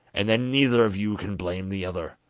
and then neither of you can blame the other